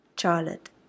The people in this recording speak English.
Charlotte